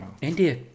India